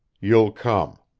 you'll come.